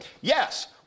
Yes